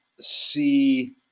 see